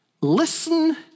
listen